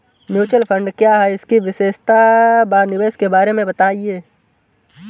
Mutual fund क्या है इसकी विशेषता व निवेश के बारे में बताइये?